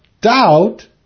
doubt